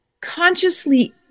consciously